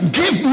give